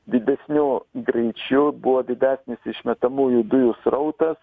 didesniu greičiu buvo didesnis išmetamųjų dujų srautas